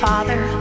Father